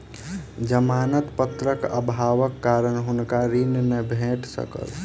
जमानत पत्रक अभावक कारण हुनका ऋण नै भेट सकल